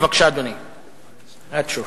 בבקשה, אדוני.